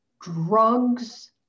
drugs